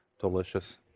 Delicious